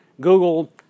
Google